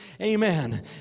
Amen